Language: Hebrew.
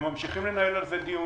הם ממשיכים לנהל על זה דיונים.